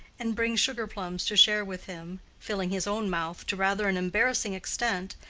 and brings sugar-plums to share with him, filling his own mouth to rather an embarrassing extent,